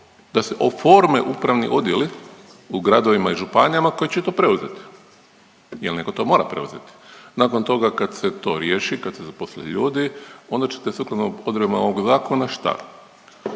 da se oforme upravni odjeli u gradovima i županijama koji će to preuzeti, jer netko to mora preuzeti. Nakon toga kad se to riješi, kad se zaposle ljudi onda ćete sukladno odredbama ovog zakona šta?